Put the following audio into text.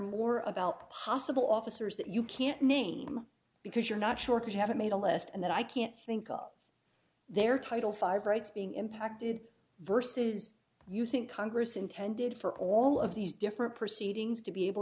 more about possible officers that you can't name because you're not sure you haven't made a list and that i can't think up their title five rights being impacted versus you think congress intended for all of these different proceedings to be able